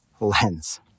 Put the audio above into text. lens